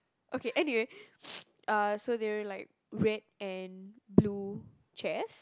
okay anyway uh so there will like red and blue chairs